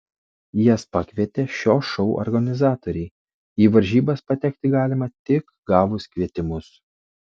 jas pakvietė šio šou organizatoriai į varžybas patekti galima tik gavus kvietimus